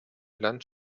land